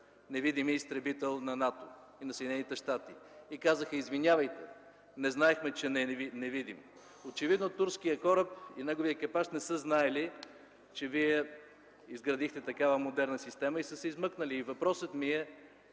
невидимият изтребител на НАТО и на Съединените щати, и казаха: „Извинявайте, не знаехме, че е невидим”. Очевидно турският кораб и неговият екипаж не са знаели, че вие изградихте такава модерна система и са се измъкнали. Въпросът ми е: